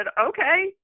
Okay